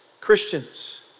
Christians